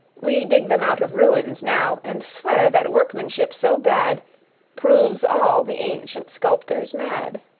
we dig them out of ruins now, and swear that workmanship so bad proves all the ancient sculptors mad.